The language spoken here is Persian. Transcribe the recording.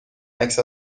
عکس